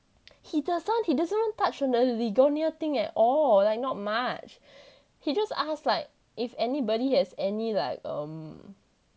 he does~ he doesn't even touch on the ligonier thing at all like not much he just ask like if anybody has any like um